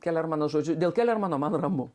kėlermano žodžiu dėl kėlermano man ramu